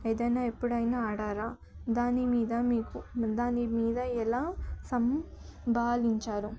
ఏదైన ఎప్పుడైనా ఆడారా దాని మీద మీకు దాని మీద ఎలా సంబాలించారు